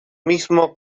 mismo